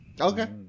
Okay